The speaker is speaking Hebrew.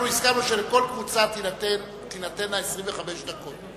אנחנו הסכמנו שלכל קבוצה תינתנה 25 דקות,